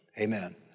Amen